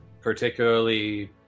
particularly